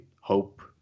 hope